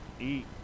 eat